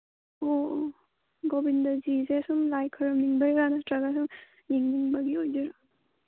ꯑꯣ ꯒꯣꯕꯤꯟꯗꯖꯤꯁꯦ ꯁꯨꯝ ꯂꯥꯏ ꯈꯨꯔꯨꯝꯅꯤꯡꯕꯩꯔ ꯅꯠꯇ꯭ꯔꯒ ꯁꯨꯝ ꯌꯦꯡꯅꯤꯡꯕꯒꯤ ꯑꯣꯏꯗꯣꯏꯔꯣ